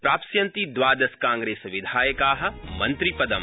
प्राप्स्यन्ति द्वादशकांग्रेसविधायका मन्त्रिपदम्